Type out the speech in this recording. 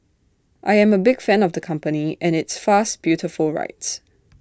I am A big fan of the company and its fast beautiful rides